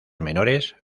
menores